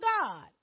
God